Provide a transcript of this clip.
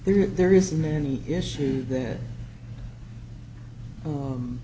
there there isn't any issue that